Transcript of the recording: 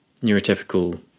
neurotypical